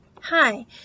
Hi